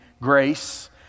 grace